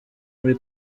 muri